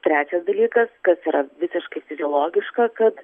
trečias dalykas kas yra visiškai fiziologiška kad